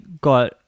got